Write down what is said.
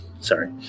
Sorry